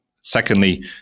Secondly